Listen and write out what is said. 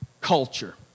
culture